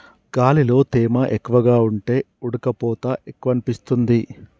గాలిలో తేమ ఎక్కువగా ఉంటే ఉడుకపోత ఎక్కువనిపిస్తుంది